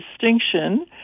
distinction